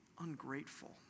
ungrateful